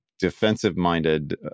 defensive-minded